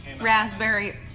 raspberry